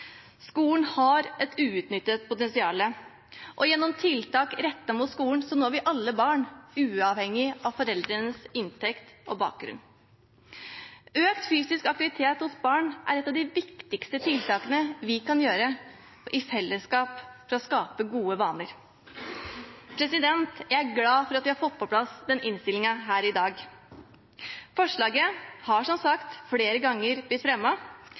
Skolen har et uutnyttet potensial, og gjennom tiltak rettet mot skolen når vi alle barn, uavhengig av foreldrenes inntekt og bakgrunn. Økt fysisk aktivitet hos barn er et av de viktigste tiltakene vi kan gjøre i fellesskap for å skape gode vaner. Jeg er glad for at vi har fått på plass denne innstillingen i dag. Forslaget har som sagt flere ganger blitt